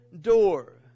door